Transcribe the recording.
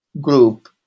group